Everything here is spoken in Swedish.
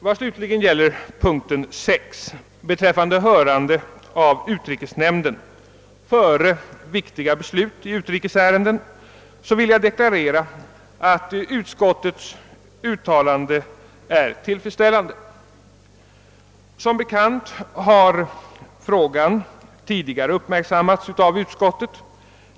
Vad slutligen gäller punkten 5 beträffande hörande av utrikesnämnden före viktiga beslut vill jag deklarera att utskottets uttalande är tillfredsställande. Som bekant har frågan tidigare uppmärksammats av utskottet.